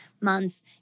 months